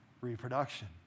reproduction